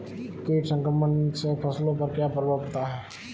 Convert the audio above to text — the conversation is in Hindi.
कीट संक्रमण से फसलों पर क्या प्रभाव पड़ता है?